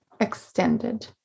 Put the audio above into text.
extended